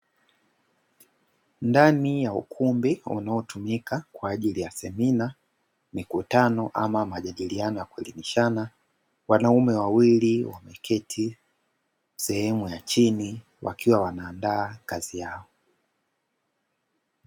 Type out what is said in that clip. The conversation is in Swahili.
Ndani ya ukumbi unaotumika kwa ajili ya semina mikutano ama majadiliano ya kuelimishana wanaume wawili wameketi sehemu ya chini wakiwa wanaandaa kazi yao.